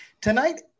tonight